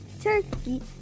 turkey